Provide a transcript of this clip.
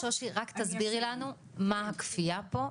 מה הכפייה פה?